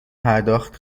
پرداخت